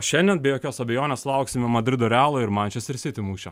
šiandien be jokios abejonės lauksime madrido realo ir manchester city mūšio